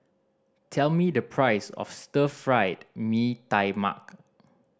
tell me the price of Stir Fried Mee Tai Mak